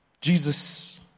Jesus